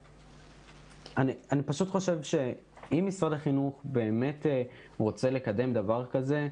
אני פשוט חושב שאם משרד החינוך באמת רוצה לקדם דבר כזה,